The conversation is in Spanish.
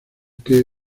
que